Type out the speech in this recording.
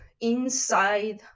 inside